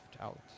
out